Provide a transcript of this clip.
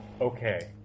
Okay